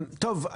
טוב,